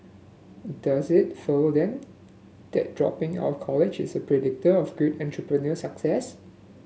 does it follow then that dropping out of college is a predictor of great entrepreneurial success